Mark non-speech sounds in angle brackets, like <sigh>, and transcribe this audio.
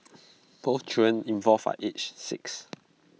<noise> both children involved are aged six